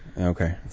Okay